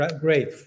great